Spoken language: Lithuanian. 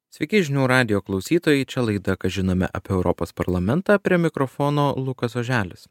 sveiki žinių radijo klausytojai čia laida ką žinome apie europos parlamentą prie mikrofono lukas oželis